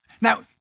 Now